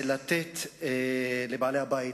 לתת לבעלי הבית,